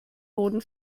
boden